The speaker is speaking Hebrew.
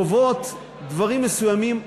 קובעות דברים מסוימים,